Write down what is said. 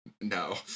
no